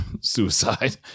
Suicide